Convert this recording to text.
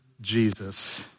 Jesus